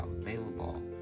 available